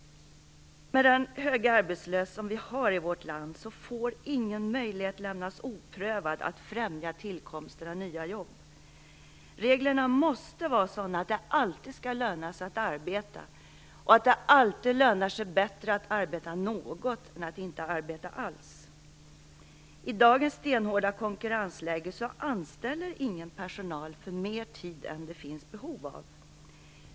Med den höga arbetslöshet som vi har i vårt land får ingen möjlighet lämnas oprövad att främja tillkomsten av nya jobb. Reglerna måste vara sådana att det alltid skall löna sig att arbeta och att det alltid skall löna sig bättre att arbeta något än att inte arbeta alls. I dagens stenhårda konkurrensläge anställer ingen personal för mer tid än som det finns behov av.